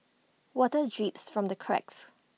water drips from the cracks